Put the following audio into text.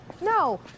No